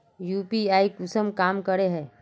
UPI कुंसम काम करे है?